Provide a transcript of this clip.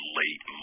late